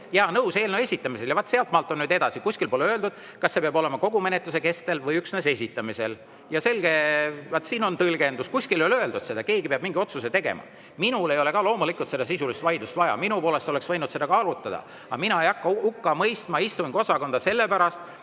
Jaa, nõus, eelnõu esitamisel. Ja vaat sealtmaalt on nüüd edasi nii, et kuskil pole öeldud, kas see peab olema kogu menetluse kestel või üksnes esitamisel. Ja selge, et siin on tõlgendus, kuskil ei ole öeldud seda, keegi peab mingi otsuse tegema. Minule ei ole ka loomulikult seda sisulist vaidlust vaja, minu poolest oleks võinud seda ka arutada, aga mina ei hakka hukka mõistma istungiosakonda, sellepärast